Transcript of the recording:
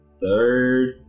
third